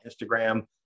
Instagram